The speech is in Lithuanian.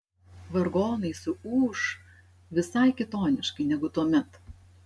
vargonai suūš visai kitoniškai negu tuomet